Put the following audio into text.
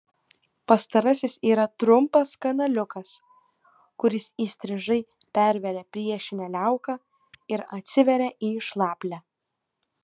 pastarasis yra trumpas kanaliukas kuris įstrižai perveria priešinę liauką ir atsiveria į šlaplę